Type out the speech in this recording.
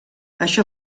això